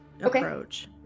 approach